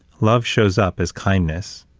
love shows up as kindness,